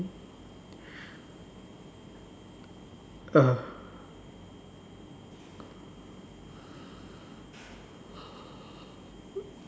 uh